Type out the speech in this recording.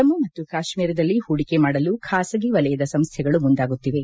ಜಮ್ಮು ಮತ್ತು ಕಾಶ್ಮೀರದಲ್ಲಿ ಹೂಡಿಕೆ ಮಾಡಲು ಖಾಸಗಿ ವಲಯದ ಸಂಸ್ಥೆಗಳು ಮುಂದಾಗುತ್ತಿವೆ